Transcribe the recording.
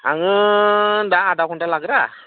आङो दा आधा घन्टा लागोन